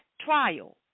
trial